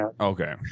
Okay